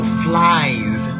flies